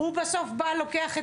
הוא בסוף בא לוקח,